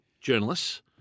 journalists